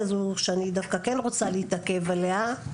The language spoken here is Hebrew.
הזו שאני דווקא כן רוצה להתעכב עליה,